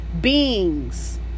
beings